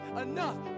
enough